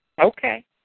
Okay